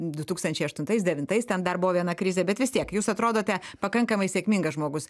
du tūkstančiai aštuntais devintais ten dar buvo viena krizė bet vis tiek jūs atrodote pakankamai sėkmingas žmogus